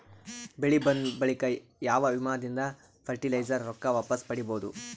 ಬೆಳಿ ಬಂದ ಬಳಿಕ ಯಾವ ವಿಮಾ ದಿಂದ ಫರಟಿಲೈಜರ ರೊಕ್ಕ ವಾಪಸ್ ಪಡಿಬಹುದು?